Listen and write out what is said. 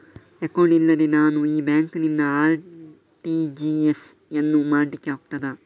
Account ಇಲ್ಲದೆ ನಾನು ಈ ಬ್ಯಾಂಕ್ ನಿಂದ ಆರ್.ಟಿ.ಜಿ.ಎಸ್ ಯನ್ನು ಮಾಡ್ಲಿಕೆ ಆಗುತ್ತದ?